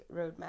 roadmap